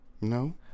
no